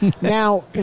Now